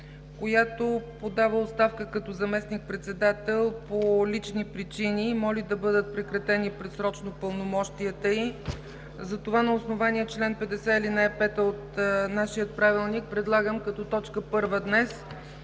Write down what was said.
която подава оставка като заместник-председател по лични причини и моли да бъдат прекратени предсрочно пълномощията й. Затова на основание чл. 50, ал. 5 от нашият Правилник предлагам като точка първа днес